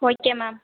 okay ma'am